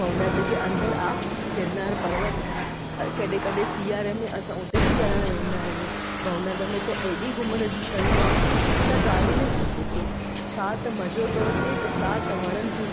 पोइ हुनजे अंदरि आहे गिरनार पर्वत कॾहिं कॾहिं सियारे में असां हुते बि चढ़णु वेंदा आहियूं हुनमें त एॾी घुमण जी शयूं आहिनि त तव्हां ॻाल्हि ई न छा पुछो छा त मज़ो थो अचे त छा त वणनि थियूं